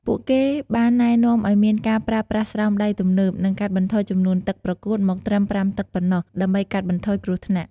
ពួកគេបានណែនាំឱ្យមានការប្រើប្រាស់ស្រោមដៃទំនើប និងកាត់បន្ថយចំនួនទឹកប្រកួតមកត្រឹម ៥ ទឹកប៉ុណ្ណោះ ដើម្បីកាត់បន្ថយគ្រោះថ្នាក់។